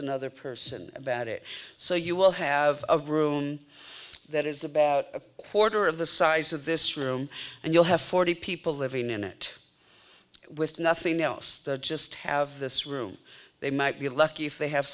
another person about it so you will have a room that is about a quarter of the size of this room and you'll have forty people living in it with nothing else just have this room they might be lucky if they have